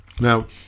Now